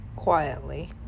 Quietly